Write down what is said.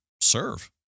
serve